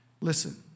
Listen